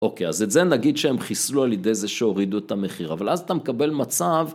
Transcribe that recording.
אוקיי, אז את זה נגיד שהם חיסלו על ידי זה שהורידו את המחיר, אבל אז אתה מקבל מצב...